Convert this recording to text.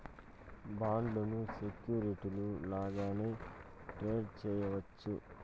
బాండ్లను సెక్యూరిటీలు లాగానే ట్రేడ్ చేయవచ్చు